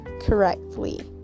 correctly